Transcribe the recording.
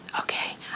Okay